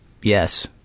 yes